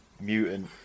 mutant